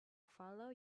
follow